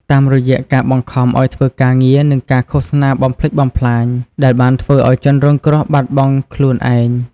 តាមរយៈការបង្ខំឲ្យធ្វើការងារ និងការឃោសនាបំផ្លិចបំផ្លាញ ដែលបានធ្វើឲ្យជនរងគ្រោះបាត់បង់ខ្លួនឯង។